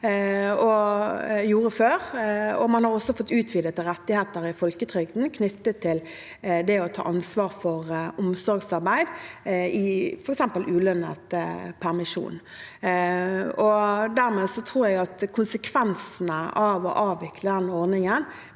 Man har også fått utvidede rettigheter i folketrygden knyttet til det å ta ansvar for omsorgsarbeid, f.eks. i ulønnet permisjon. Dermed tror jeg at konsekvensene av å avvikle den ordningen